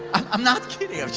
i'm not kidding.